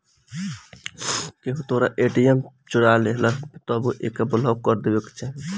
केहू तोहरा ए.टी.एम चोरा लेहलस तबो एके ब्लाक कर देवे के चाही